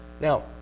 Now